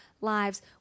lives